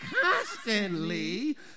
Constantly